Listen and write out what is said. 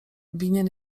winien